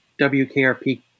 WKRP